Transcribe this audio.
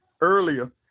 earlier